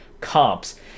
comps